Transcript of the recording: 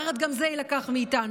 אחרת גם זה יילקח מאיתנו.